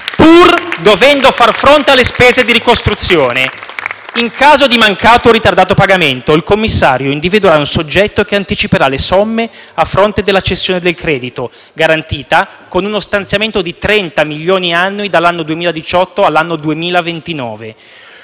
pur dovendo far fronte alle spese di ricostruzione. In caso di mancato o ritardato pagamento, il commissario individuerà un soggetto che anticiperà le somme a fronte della cessione del credito, garantita con uno stanziamento di 30 milioni annui dall’anno 2018 all’anno 2029.